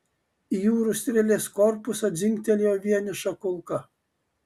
į jūrų strėlės korpusą dzingtelėjo vieniša kulka